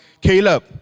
Caleb